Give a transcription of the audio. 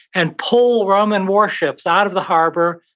and pull roman warships out of the harbor,